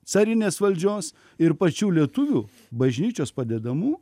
carinės valdžios ir pačių lietuvių bažnyčios padedamų